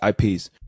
IPs